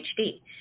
HD